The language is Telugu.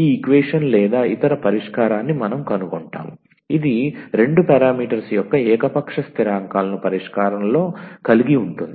ఈ ఈక్వేషన్ లేదా ఇతర పరిష్కారాన్ని మనం కనుగొంటాము ఇది రెండు పారామీటర్స్ యొక్క ఏకపక్ష స్థిరాంకాలను పరిష్కారంలో కలిగి ఉంటుంది